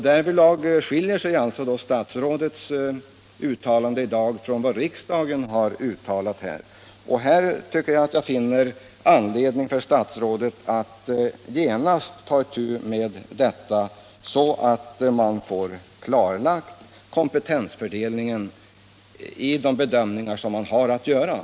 Därvidlag skiljer sig statsrådets yttrande i dag från vad riksdagen har uttalat. Jag tycker att det finns anledning för statsrådet att genast ta itu med detta, så att kompetensfördelningen i fråga om denna tolkning klarläggs.